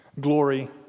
glory